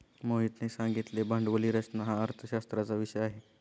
मोहितने सांगितले भांडवली रचना हा अर्थशास्त्राचा विषय आहे